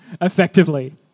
effectively